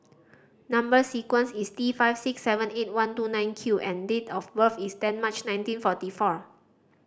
number sequence is T five six seven eight one two nine Q and date of birth is ten March nineteen forty four